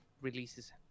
releases